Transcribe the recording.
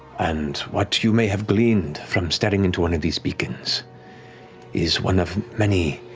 and what you may have gleaned from staring into one of these beacons is one of many